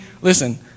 listen